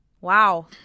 Wow